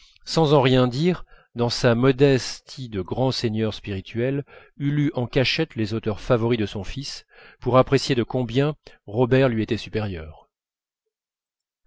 sans en rien dire dans sa modestie de grand seigneur spirituel eût lu en cachette les auteurs favoris de son fils pour apprécier de combien robert lui était supérieur